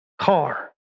car